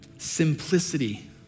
Simplicity